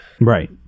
Right